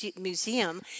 museum